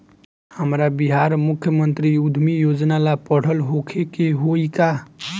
हमरा बिहार मुख्यमंत्री उद्यमी योजना ला पढ़ल होखे के होई का?